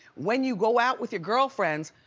when you go out with your girlfriends,